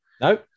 No